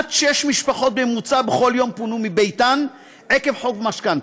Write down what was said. כמעט שש משפחות בממוצע בכל יום פונו מביתן עקב חוב משכנתה.